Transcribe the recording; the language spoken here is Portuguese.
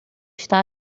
está